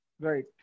Right